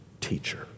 teacher